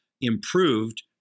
improved